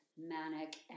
manic